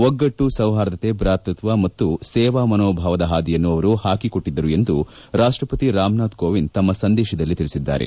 ಒಗ್ಗಟ್ಟು ಸೌಹಾರ್ದತೆ ಭ್ರಾತೃತ್ವ ಮತ್ತು ಸೇವಾ ಮನೋಭಾವದ ಹಾದಿಯನ್ನು ಅವರು ಹಾಕಿಕೊಟ್ಟಿದ್ದರು ಎಂದು ರಾಷ್ಟಪತಿ ರಾಮ್ನಾಥ್ ಕೋವಿಂದ್ ತಮ್ಮ ಸಂದೇಶದಲ್ಲಿ ತಿಳಿಸಿದ್ದಾರೆ